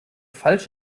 falsch